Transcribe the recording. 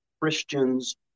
Christians